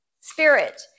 spirit